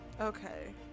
Okay